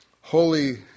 Holy